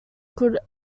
could